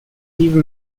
even